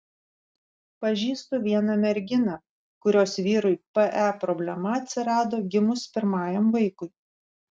pažįstu vieną merginą kurios vyrui pe problema atsirado gimus pirmajam vaikui